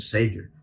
Savior